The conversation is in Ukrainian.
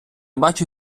бачу